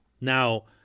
Now